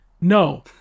No